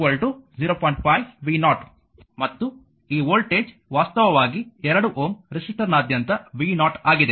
5 v0 ಮತ್ತು ಈ voltage ವಾಸ್ತವವಾಗಿ 2 ಓಮ್ ರೆಸಿಸ್ಟರ್ನಾದ್ಯಂತ v0 ಆಗಿದೆ